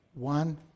One